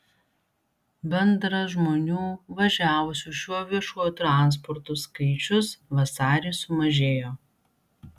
bendras žmonių važiavusių šiuo viešuoju transportu skaičius vasarį sumažėjo